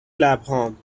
لبهام